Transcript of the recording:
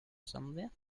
somewhere